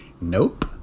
nope